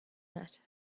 that